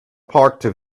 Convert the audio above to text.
parked